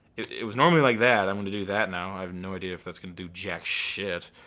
it was normally like that. i'm gonna do that now. i have no idea if that's gonna do jack shit.